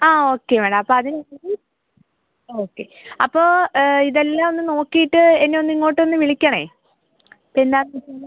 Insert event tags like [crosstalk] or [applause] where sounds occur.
ആ okay madam അപ്പം അതിന് അനുസരിച്ചൊക്കെ അപ്പോൾ ഇതെല്ലാം ഒന്ന് നോക്കിയിട്ട് എന്നെ ഒന്ന് ഇങ്ങോട്ട് ഒന്ന് വിളിക്കണം എന്താണെന്ന് [unintelligible]